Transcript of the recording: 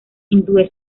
hindúes